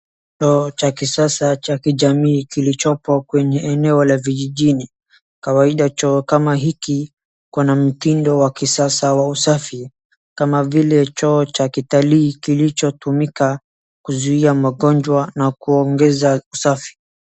Choo cha kisasa cha kijamii kilichopo kwenye eneo la vijijini. Kawaida choo kama hiki kuna mtindo wa kisasa wa usafi, kama vile choo cha kitalii kilichotumika, kuzuia magonjwa na kuongeza usafi.